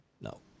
No